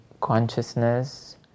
consciousness